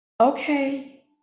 okay